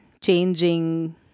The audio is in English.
changing